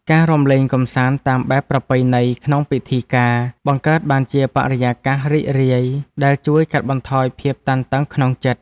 ការរាំលេងកម្សាន្តតាមបែបប្រពៃណីក្នុងពិធីការ បង្កើតបានជាបរិយាកាសរីករាយដែលជួយកាត់បន្ថយភាពតានតឹងក្នុងចិត្ត។